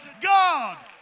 God